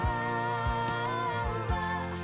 over